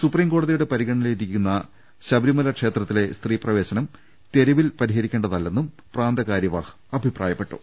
സുപ്രീംകോടതിയുടെ പ്രിഗണനയിലിരി ക്കുന്ന ശബരിമല ക്ഷേത്രത്തിലെ സ്ത്രീ പ്രവേശനം തെരുവിൽ പരിഹരി ക്കേണ്ടതല്ലെന്നും പ്രാന്തകാര്യവാഹ് അഭിപ്രായപ്പെട്ടു